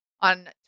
on